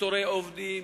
בפיטורי עובדים,